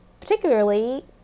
particularly